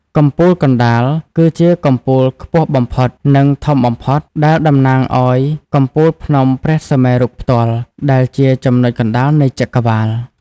កំពូលកណ្តាល គឺជាកំពូលខ្ពស់បំផុត និងធំបំផុត ដែលតំណាងឲ្យកំពូលភ្នំព្រះសុមេរុផ្ទាល់ ដែលជាចំណុចកណ្តាលនៃចក្រវាឡ។